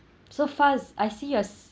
so Faz I see yours